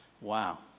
Wow